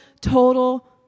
total